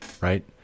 right